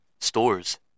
stores